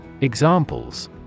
Examples